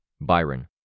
Byron